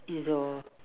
is door